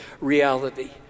reality